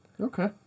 Okay